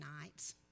nights